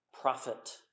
prophet